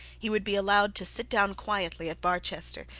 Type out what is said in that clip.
he would be allowed to sit down quietly at barchester,